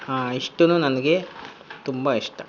ಹಾಂ ಇಷ್ಟೂ ನನಗೆ ತುಂಬ ಇಷ್ಟ